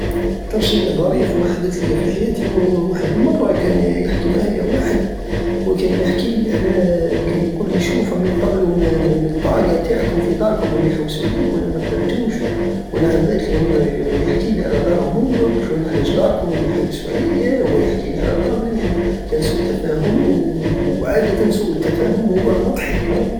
اكتر شيء ظريف حدتلي في حياتي هو وحد المرة كان يحكي معايا واحد وكان يحكيلي على كان يقولي شوف راهم يطلو من الطاقة تاعكم في داركم وراهم يحوسو عليك وانا مفهمتوش وانا عباتلي راه يحكيلي على دارهم وقتلو علاش داركم راهم يحوسو عليا وهو يحكيلي على دارنا يعني كان سوء تفاهم و عادتا سوء التفاهم هو مضحك